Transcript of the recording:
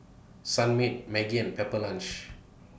Sunmaid Maggi and Pepper Lunch